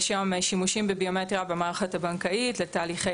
יש היום שימושים בביומטריה במערכת הבנקאית לתהליכי